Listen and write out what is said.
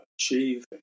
achieve